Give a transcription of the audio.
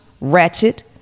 Ratchet